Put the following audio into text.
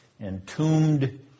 entombed